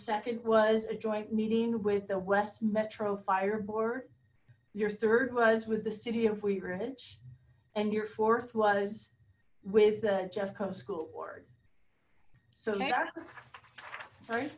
second was a joint meeting with the west metro fire board your third was with the city of wheat ridge and your fourth was with jeff co school board so sorry